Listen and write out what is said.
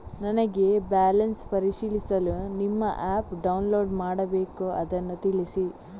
ನನಗೆ ಬ್ಯಾಲೆನ್ಸ್ ಪರಿಶೀಲಿಸಲು ನಿಮ್ಮ ಆ್ಯಪ್ ಡೌನ್ಲೋಡ್ ಮಾಡಬೇಕು ಅದನ್ನು ತಿಳಿಸಿ?